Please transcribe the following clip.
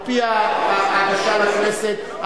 על-פי ההגשה לכנסת,